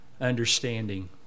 understanding